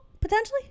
potentially